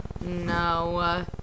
No